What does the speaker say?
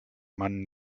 mann